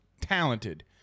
talented